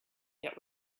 yet